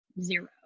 zero